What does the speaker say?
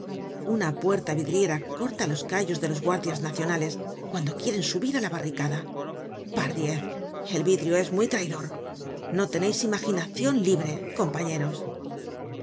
una puerta vidriera corta los callos de los guardias nacionales cuando quieren subir á la barricada pardiez el vidrio es muy traidor no teneis imaginacion libre compañeros por